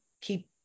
keep